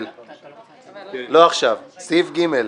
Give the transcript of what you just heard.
ועדת הכנסת.